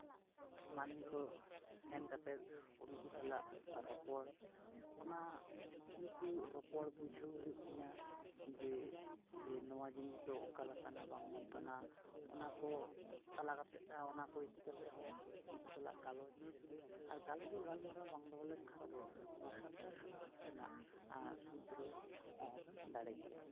ᱢᱟᱹᱱᱢᱤ ᱠᱚ ᱥᱮᱱ ᱠᱟᱛᱮᱫ ᱩᱱᱠᱩ ᱥᱟᱞᱟᱜ ᱨᱚᱯᱚᱲ ᱚᱱᱟ ᱩᱱᱠᱩ ᱨᱚᱯᱚᱲ ᱵᱩᱡᱷᱟᱹᱣ ᱦᱩᱭᱩᱜ ᱛᱤᱧᱟᱹ ᱡᱮ ᱱᱚᱣᱟ ᱡᱤᱱᱤᱥ ᱫᱚ ᱚᱠᱟᱞᱮᱠᱟᱱᱟ ᱵᱟᱝ ᱱᱚᱝᱠᱟᱱᱟ ᱚᱱᱟ ᱠᱚ ᱛᱟᱞᱟ ᱠᱟᱛᱮᱫ ᱚᱱᱟ ᱠᱚ ᱤᱫᱤ ᱠᱟᱛᱮᱫ ᱦᱚᱸ ᱩᱱᱠᱩ ᱥᱟᱞᱟᱜ ᱜᱟᱞᱚᱪ ᱟᱨ ᱜᱟᱞᱚᱪ ᱜᱟᱞᱢᱟᱨᱟᱣ ᱵᱟᱝ ᱫᱚᱦᱚ ᱞᱮᱱᱠᱷᱟᱱ ᱫᱚ ᱱᱚᱣᱟ ᱥᱟᱱᱛᱟᱲ ᱥᱚᱢᱟᱡᱽ ᱨᱮᱱᱟᱜ ᱥᱩᱫᱷᱨᱟᱹ ᱫᱚ ᱚᱦᱚᱜᱮᱢ ᱫᱟᱲᱮ ᱠᱮᱭᱟ